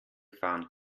fahren